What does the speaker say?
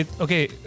okay